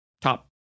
top